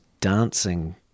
dancing